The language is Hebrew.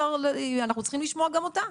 אבל אנחנו צריכים לשמוע גם אותה,